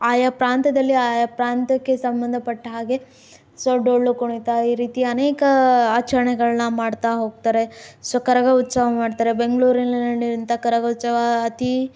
ಆಯಾ ಪ್ರಾಂತ್ಯದಲ್ಲಿ ಆಯಾ ಪ್ರಾಂತ್ಯಕ್ಕೆ ಸಂಬಂಧಪಟ್ಟ ಹಾಗೆ ಸೊ ಡೊಳ್ಳು ಕುಣಿತ ಈ ರೀತಿ ಅನೇಕ ಆಚರಣೆಗಳನ್ನ ಮಾಡ್ತಾ ಹೋಗ್ತಾರೆ ಸೊ ಕರಗ ಉತ್ಸವ ಮಾಡ್ತಾರೆ ಬೆಂಗಳೂರಿನಲ್ಲಿ ನಡೆಯುವಂತಹ ಕರಗ ಉತ್ಸವ ಅತಿ